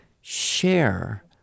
share